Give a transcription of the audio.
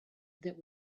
that